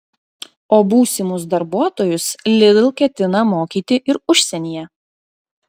o būsimus darbuotojus lidl ketina mokyti ir užsienyje